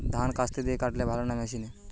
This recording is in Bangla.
ধান কাস্তে দিয়ে কাটলে ভালো না মেশিনে?